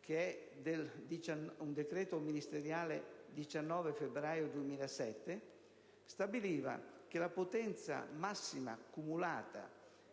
che è un decreto ministeriale del 19 febbraio 2007, stabiliva che la potenza massima cumulata